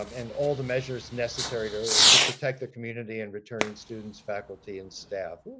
um and all the measures necessary to to protect the community and returning students, faculty, and staff.